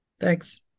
thanks